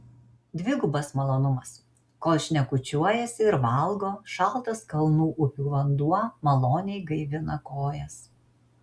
dvigubas malonumas kol šnekučiuojasi ir valgo šaltas kalnų upių vanduo maloniai gaivina kojas